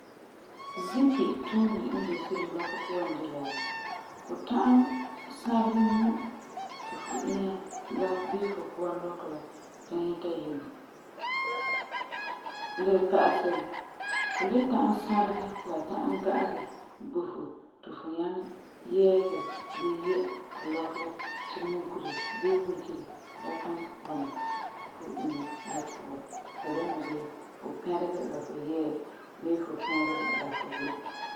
Zipi tuunɛ n de se'em lɔkɔ puan de la, ku ta'am sãregɛ mum ti fu inya bii fu puan lɔkɔ la da nyɛta yiŋa. Le pa'asɛ, fu le ta'am sãregɛ ti la ta'am ga'agɛ bo fu ti fu nyaŋɛ yɛɛgɛ bii yɛ' lɔkɔ la ti mukere bii mikere la kan bɔna fu inya la puan. Ti la dɛna bii fu pɛregɛ la fu yɛɛ bii fu pɛregɛ la fu yɛ'.